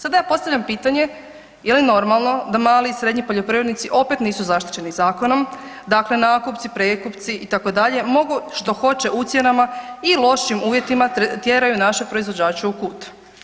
Sada ja postavljam pitanje je li normalno da mali i srednji poljoprivrednici opet nisu zaštićeni zakonom, dakle nakupci, prekupci, itd. mogu što hoće ucjenama i lošim uvjetima tjeraju naše proizvođače u kut.